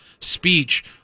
speech